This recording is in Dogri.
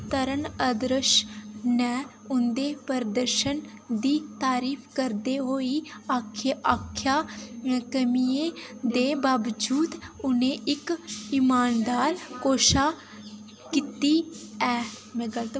तरण आदर्श ने उं'दे प्रदर्शन दी तरीफ करदे होई आखे आखेआ कमियें दे बावजूद उ'नें इक इमानदार कोशश कीती ऐ में गलत